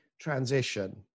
transition